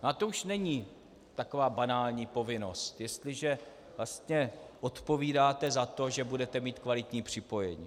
A to už není taková banální povinnost, jestliže vlastně odpovídáte za to, že budete mít kvalitní připojení.